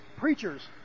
Preachers